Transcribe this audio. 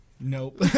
Nope